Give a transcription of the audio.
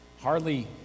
Hardly